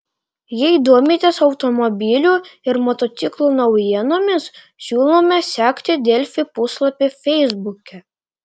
jei domitės automobilių ir motociklų naujienomis siūlome sekti delfi puslapį feisbuke